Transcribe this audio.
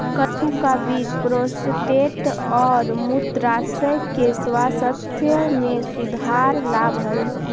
कद्दू का बीज प्रोस्टेट और मूत्राशय के स्वास्थ्य में सुधार लाव हई